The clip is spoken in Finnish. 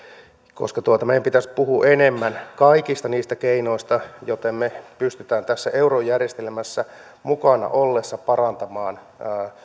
koska meidän pitäisi puhua enemmän kaikista niistä keinoista joilla me pystymme tässä eurojärjestelmässä mukana ollessamme parantamaan